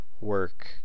work